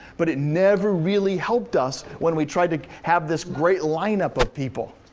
but it never really helped us when we tried to have this great lineup of people.